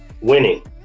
winning